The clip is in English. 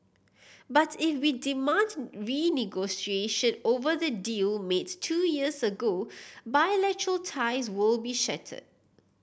but if we demand renegotiation over the deal makes two years ago bilateral ties will be shattered